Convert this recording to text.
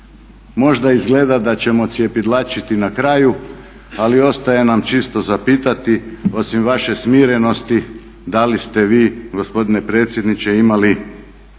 Možda izgleda da ćemo cjepidlačiti na kraju, ali ostaje nam čisto za pitati osim vaše smirenosti da li ste vi gospodine predsjedniče imali